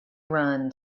run